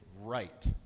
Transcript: right